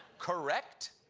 correct?